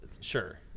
sure